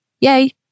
yay